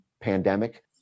pandemic